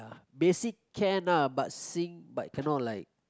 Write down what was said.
basic can ah but sing but cannot like